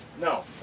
No